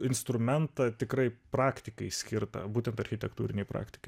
instrumentą tikrai praktikai skirtą būtent architektūrinei praktikai